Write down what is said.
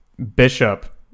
Bishop